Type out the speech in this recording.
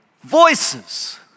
Voices